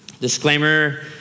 Disclaimer